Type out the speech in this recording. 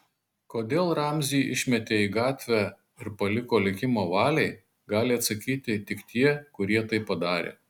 kodėl ramzį išmetė į gatvę ir paliko likimo valiai gali atsakyti tik tie kurie tai padarė